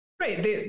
Right